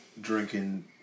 drinking